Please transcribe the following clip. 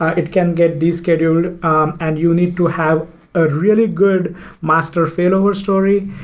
it can get de-scheduled and you need to have a really good master failure story,